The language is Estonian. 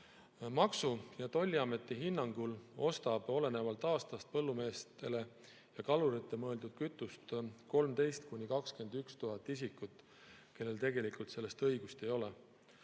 Maksu- ja Tolliameti hinnangul ostab olenevalt aastast põllumeestele ja kaluritele mõeldud kütust 13 000 – 21 000 isikut, kellel tegelikult sellist õigust ei ole.